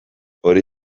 hori